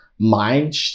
mind